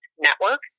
Network